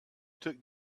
took